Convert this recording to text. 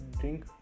drink